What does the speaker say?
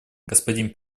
господин